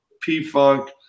P-Funk